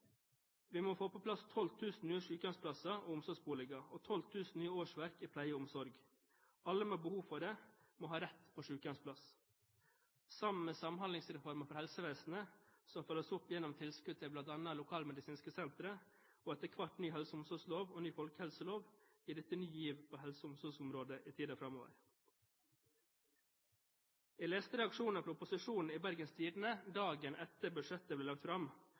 Vi må få på plass 12 000 nye sykehjemsplasser og omsorgsboliger og 12 000 nye årsverk i pleie og omsorg. Alle med behov for det må ha rett til sykehjemsplass. Sammen med Samhandlingsreformen for helsevesenet, som følges opp gjennom tilskudd til bl.a. lokalmedisinske sentre, og, etter hvert, ny helse- og omsorgslov og ny folkehelselov er dette en ny giv på helse- og omsorgsområdet i tiden framover. Jeg leste reaksjoner fra opposisjonen i Bergens Tidende dagen etter at budsjettet ble lagt fram,